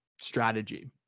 strategy